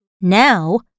Now